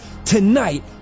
Tonight